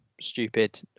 stupid